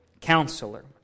Counselor